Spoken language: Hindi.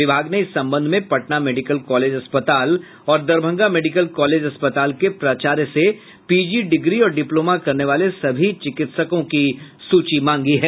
विभाग ने इस संबंध में पटना मेडिकल कॉलेज अस्पताल और दरभंगा मेडिकला कॉलेज अस्पताल के प्राचार्यो से पीजी डिग्री और डिप्लोमा करने वाले सभी चिकित्सक की सूची मांगी है